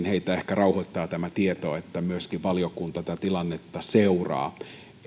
rauhoittaa tämä tieto että myöskin valiokunta tätä tilannetta seuraa